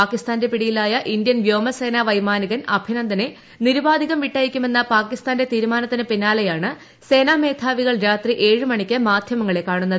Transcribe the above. പാകിസ്ഥാന്റെ പിടിയിലായ ഇന്ത്യൻ വ്യോമസേനാ വൈമാനികൻ അഭിനന്ദനെ നിരൂപാധികം വിട്ടയയ്ക്കുമെന്ന പാകിസ്ഥാന്റെ തീരുമാനത്തിന് പിന്നാലെയാണ് സേനാ മേധാവികൾ രാത്രി ഏഴിന് മാധ്യമങ്ങളെ കാണുന്നത്